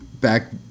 Back